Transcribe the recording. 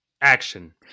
action